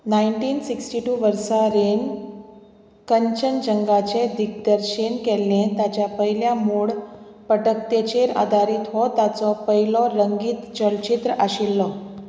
nineteen sixty two वर्सा रेन कंचनजंगाचें दिग्दर्शन केल्लें ताच्या पयल्या मोड पटकथेचेर आदारीत हो ताचो पयलो रंगीत चलचित्र आशिल्लो